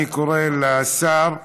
אני קורא לשר המשיב,